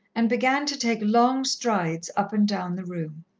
and began to take long strides up and down the room.